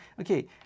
okay